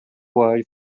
word